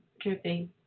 dripping